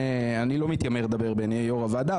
אני לא מתיימר לדבר בשם יושב-ראש הוועדה,